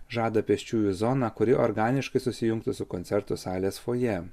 žada pėsčiųjų zoną kuri organiškai susijungtų su koncertų salės fojė